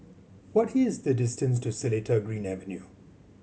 what is the distance to Seletar Green Avenue